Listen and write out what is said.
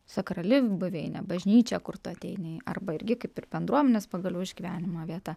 sakrali buveinė bažnyčia kur tu ateini arba irgi kaip ir bendruomenės pagaliau išgyvenimo vieta